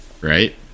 Right